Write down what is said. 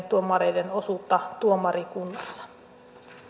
tuomareiden osuutta tuomarikunnassa